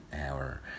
hour